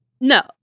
No